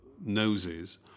noses